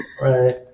Right